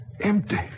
Empty